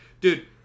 Dude